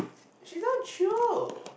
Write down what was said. she's not chio